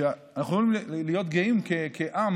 ואנחנו יכולים להיות גאים בו כעם